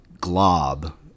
glob